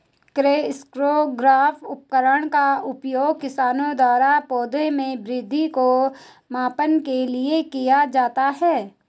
crescograph उपकरण का उपयोग किसानों द्वारा पौधों में वृद्धि को मापने के लिए किया जाता है